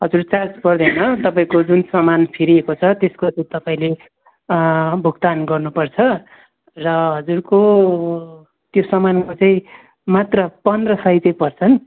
हजुर चार्ज पर्दैन तपाईँको जुन सामान फिरिएको छ त्यसको तपाईँले भुक्तान गर्नु पर्छ र हजुरको त्यो सामानको चाहिँ मात्र पन्ध्र सय चाहिँ पर्छ